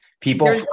people